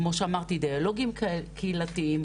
כמו שאמרתי דיאלוגים קהילתיים,